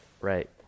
right